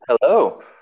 Hello